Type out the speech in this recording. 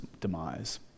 demise